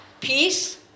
Peace